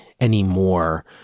anymore